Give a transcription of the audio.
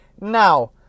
Now